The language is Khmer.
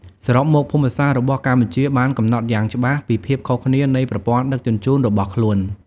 សរុបមក ភូមិសាស្ត្ររបស់កម្ពុជាបានកំណត់យ៉ាងច្បាស់ពីភាពខុសគ្នានៃប្រព័ន្ធដឹកជញ្ជូនរបស់ខ្លួន។